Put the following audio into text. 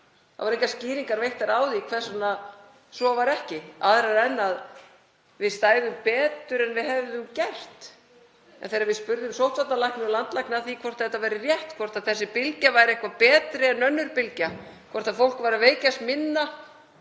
Þá voru engar skýringar veittar á því hvers vegna svo var ekki aðrar en þær að við stæðum betur en við hefðum gert. Þegar við spurðum sóttvarnalækni og landlækni að því hvort þetta væri rétt, hvort þessi bylgja væri eitthvað betri en önnur bylgjan, hvort fólk veiktist minna